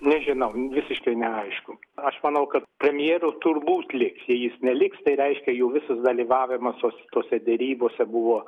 nežinau visiškai neaišku aš manau kad premjeru turbūt liks jei jis neliks tai reiškia jo visas dalyvavimas tos tose derybose buvo